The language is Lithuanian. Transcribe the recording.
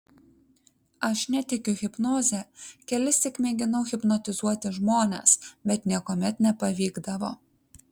aš netikiu hipnoze kelissyk mėginau hipnotizuoti žmones bet niekuomet nepavykdavo